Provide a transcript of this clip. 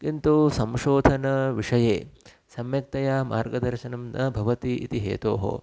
किन्तु संशोधनविषये सम्यक्तया मार्गदर्शनं न भवति इति हेतोः